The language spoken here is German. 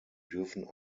dürfen